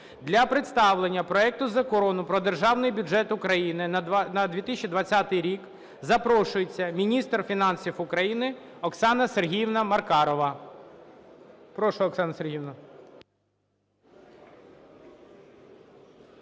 Для представлення проекту Закону про Державний бюджет України на 2020 рік запрошується міністр фінансів України Оксана Сергіївна Маркарова.